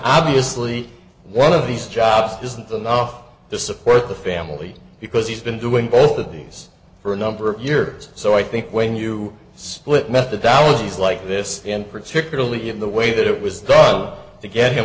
obviously one of these jobs isn't enough to support the family because he's been doing both of these for a number of years so i think when you split methodologies like this and particularly in the way that it was done to get him